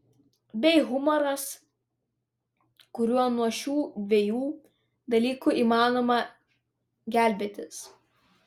bei humoras kuriuo nuo šių dviejų dalykų įmanoma gelbėtis